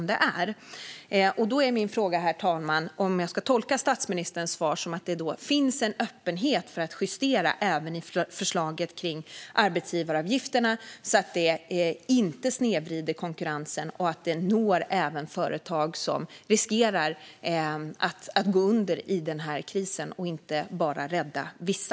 Då är min fråga, herr talman: Ska jag tolka statsministerns svar som att det finns en öppenhet för att justera även i förslaget om arbetsgivaravgifterna, så att det inte snedvrider konkurrensen och så att det även når företag som riskerar att gå under i den här krisen och inte bara räddar vissa?